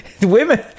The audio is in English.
Women